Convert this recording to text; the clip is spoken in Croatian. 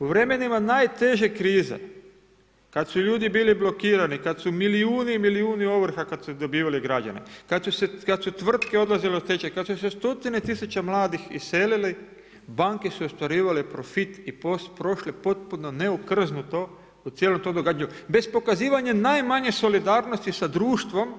U vremenima najteže krize kad su ljudi bili blokirani, kad su milijuni i milijuni ovrha kad su dobivali građani, kad su tvrtke odlazile u stečaj, kad su se stotine tisuća mladih iselili banke su ostvarivale profit i prošle potpuno neokrznuto u cijelom tom događanju bez pokazivanja najmanje solidarnosti sa društvom